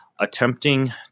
attempting